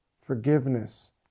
forgiveness